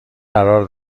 قرار